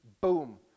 Boom